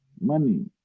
money